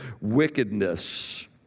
wickedness